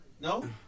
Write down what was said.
no